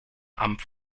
amt